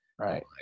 right